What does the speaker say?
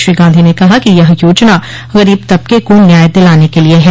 श्री गांधी ने कहा कि यह योजना गरीब तबके को न्याय दिलाने के लिए है